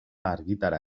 argitara